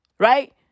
Right